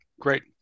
Great